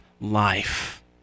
life